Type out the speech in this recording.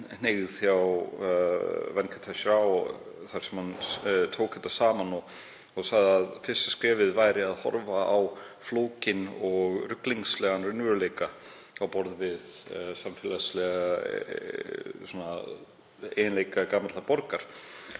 hneigð hjá Venkat Eshwara þar sem hann tók þetta saman og sagði að fyrsta skrefið væri að horfa á flókinn og ruglingslegan raunveruleika á borð við samfélagslega eiginleika gamallar borgar